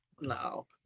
no